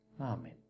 Amen